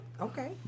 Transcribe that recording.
Okay